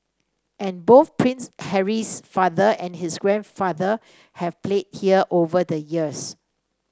and both Prince Harry's father and his grandfather have played here over the years